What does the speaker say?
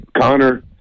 Connor